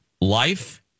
life